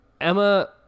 Emma